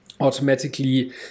automatically